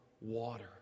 water